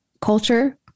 culture